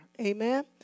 Amen